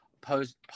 post